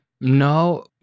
No